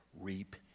reap